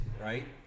right